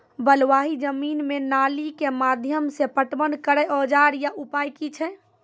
बलूआही जमीन मे नाली के माध्यम से पटवन करै औजार या उपाय की छै?